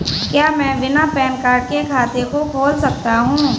क्या मैं बिना पैन कार्ड के खाते को खोल सकता हूँ?